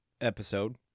episode